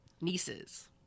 nieces